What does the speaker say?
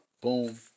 Boom